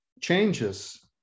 changes